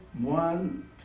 one